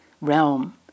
realm